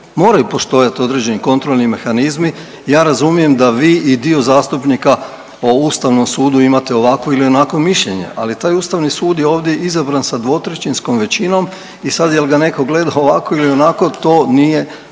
moraju postojat određeni kontrolni mehanizmi. Ja razumijem da vi i dio zastupnika o Ustavnom sudu imate ovako ili onako mišljenje, ali taj Ustavni sud je ovdje izabran sa dvotrećinskom većinom i sad jel ga neko gleda ovako ili onako to nije